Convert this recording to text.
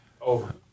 Over